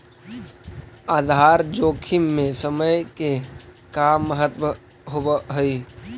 आधार जोखिम में समय के का महत्व होवऽ हई?